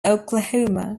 oklahoma